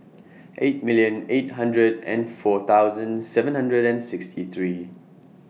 eight million eight hundred and four thousand seven hundred and sixty three